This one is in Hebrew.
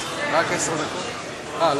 לפני תשעה חודשים בדיוק עמדתי כאן עם אותה אמירה,